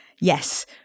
Yes